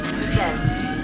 presents